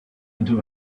into